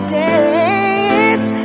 dance